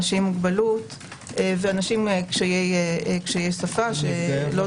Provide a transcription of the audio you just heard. אנשים עם מוגבלות ואנשים עם קשיי שפה שלא